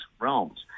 realms